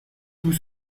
tout